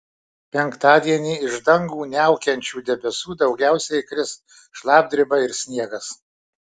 penktadienį iš dangų niaukiančių debesų daugiausiai kris šlapdriba ir sniegas